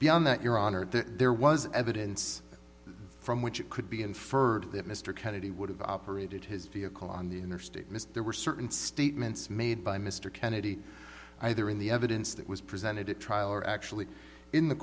beyond that your honor there was evidence from which it could be inferred that mr kennedy would have operated his vehicle on the interstate mr there were certain statements made by mr kennedy either in the evidence that was presented at trial or actually in the